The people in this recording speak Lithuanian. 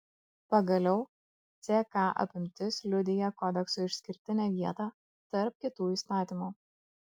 pagaliau ck apimtis liudija kodekso išskirtinę vietą tarp kitų įstatymų